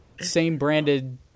same-branded